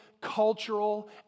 cultural